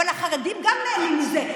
אבל החרדים גם נהנים מזה.